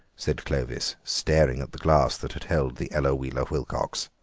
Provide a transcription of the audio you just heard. said clovis, staring at the glass that had held the ella wheeler wilcox,